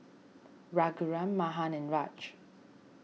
Raghuram Mahan and Raj